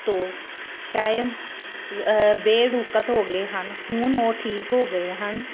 ਤੋਂ ਟਾਈਮ ਬੇਰੁਕਤ ਹੋ ਗਏ ਹਨ ਹੁਣ ਉਹ ਠੀਕ ਹੋ ਗਏ ਹਨ